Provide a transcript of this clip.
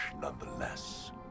nonetheless